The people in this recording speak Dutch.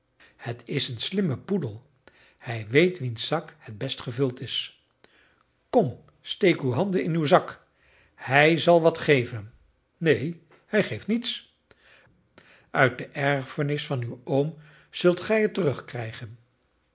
het is een slimme poedel hij weet wiens zak het best gevuld is kom steek uw handen in uw zak hij zal wat geven neen hij geeft niets uit de erfenis van uw oom zult gij het terugkrijgen